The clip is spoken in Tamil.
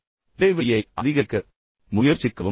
பின்னர் இடைவெளியை அதிகரிக்க முயற்சிக்கவும்